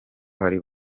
hari